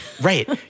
right